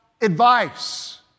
advice